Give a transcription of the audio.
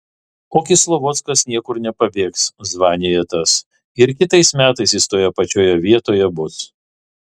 o kislovodskas niekur nepabėgs zvanija tas ir kitais metais jis toje pačioje vietoj bus